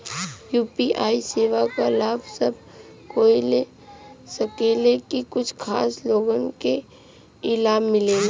UPI सेवा क लाभ सब कोई ले सकेला की कुछ खास लोगन के ई लाभ मिलेला?